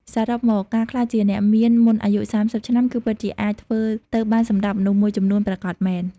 សរុបមក ការក្លាយជាអ្នកមានមុនអាយុ ៣០ ឆ្នាំ គឺពិតជាអាចធ្វើទៅបានសម្រាប់មនុស្សមួយចំនួនប្រាកដមែន។